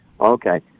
Okay